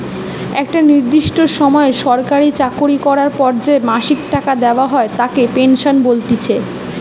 একটা নির্দিষ্ট সময় সরকারি চাকরি করার পর যে মাসিক টাকা দেওয়া হয় তাকে পেনশন বলতিছে